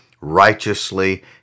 righteously